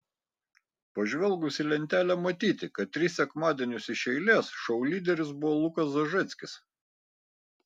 pažvelgus į lentelę matyti kad tris sekmadienius iš eilės šou lyderis buvo lukas zažeckis